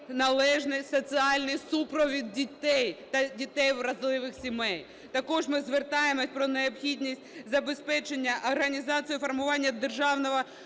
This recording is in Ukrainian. належний соціальний супровід дітей та дітей вразливих сімей. Також ми звертаємося про необхідність забезпечення організацію формування державного